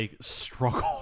struggled